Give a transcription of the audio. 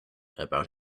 about